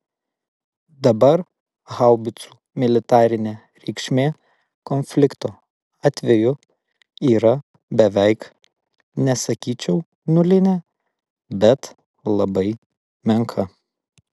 dabar haubicų militarinė reikšmė konflikto atveju yra beveik nesakyčiau nulinė bet labai menka